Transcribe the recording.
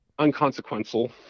unconsequential